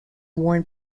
worn